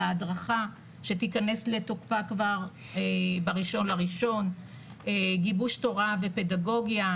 ההדרכה שתכנס לתוקפה כבר ב- 1.1.2022. גיבוש תורה ופדגוגיה,